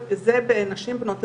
זה משהו שהוא אין לו הרבה